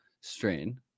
strain